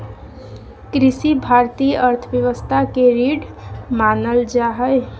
कृषि भारतीय अर्थव्यवस्था के रीढ़ मानल जा हइ